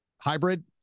hybrid